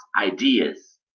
ideas